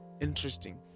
interesting